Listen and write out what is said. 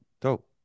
dope